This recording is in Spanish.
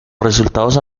resultados